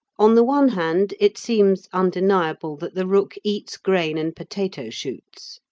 on the one hand, it seems undeniable that the rook eats grain and potato shoots.